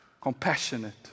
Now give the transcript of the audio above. compassionate